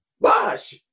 Bosh